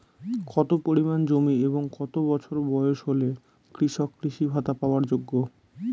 কত পরিমাণ জমি এবং কত বছর বয়স হলে কৃষক কৃষি ভাতা পাওয়ার যোগ্য?